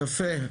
יפה.